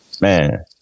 man